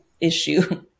issue